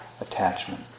attachment